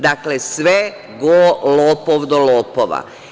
Dakle, sve go lopov do lopova.